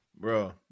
Bro